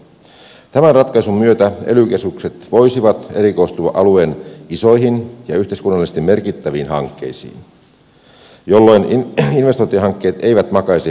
tämän ratkaisun myötä ely keskukset voisivat erikoistua alueen isoihin ja yhteiskunnallisesti merkittäviin hankkeisiin jolloin investointihankkeet eivät makaisi lupaprosesseissa